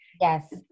Yes